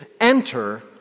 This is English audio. enter